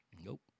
Nope